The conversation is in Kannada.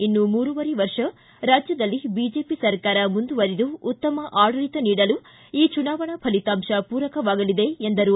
ಇನ್ನೂ ಮೂರುವರೆ ವರ್ಷ ರಾಜ್ಯದಲ್ಲಿ ಬಿಜೆಪಿ ಸರ್ಕಾರ ಮುಂದುವರಿದು ಉತ್ತಮ ಆಡಳಿತ ನೀಡಲು ಈ ಚುನಾವಣಾ ಫಲಿತಾಂಶ ಪೂರಕವಾಗಲಿದೆ ಎಂದರು